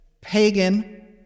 pagan